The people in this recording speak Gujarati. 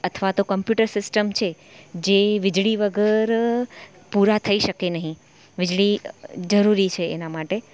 અથવા તો કોમ્પ્યુટર સિસ્ટિમ છે જે વીજળી વગર પૂરા થઇ શકે નહી વીજળી જરૂરી છે એના માટે